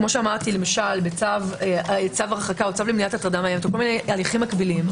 כפי שאמרתי בצו הרחקה או צו למניעת הטרדה מאיימת או בהליכים מקבילים,